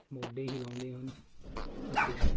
ਮੋਢੇ ਹਿਲਾਉਂਦੇ ਹਨ ਅਤੇ